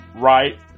right